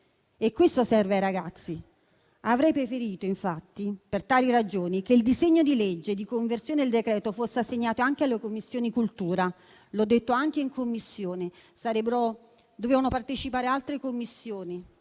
E questo serve ai ragazzi. Avrei preferito, infatti, per tali ragioni, che il disegno di legge di conversione del decreto fosse assegnato anche alla Commissione cultura. L'ho detto anche in Commissione: dovevano partecipare altre Commissioni,